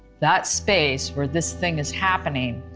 that space where this thing is happening,